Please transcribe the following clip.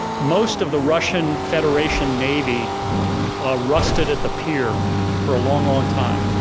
most of the russian federation navy rusted at the pier for a long, long time.